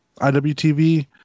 IWTV